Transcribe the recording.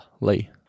Lee